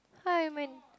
hi my